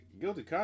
Guilty